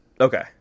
Okay